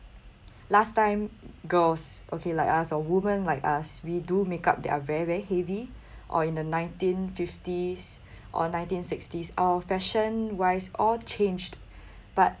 last time girls okay like us a women like us we do makeup that are very very heavy or in the nineteen fifties or nineteen sixties our fashion wise all changed but